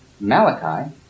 Malachi